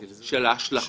התמהיל שונה.